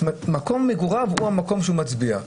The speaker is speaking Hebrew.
מקום המגורים הוא המקום שהוא מצביע.